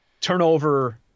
turnover